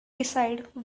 decide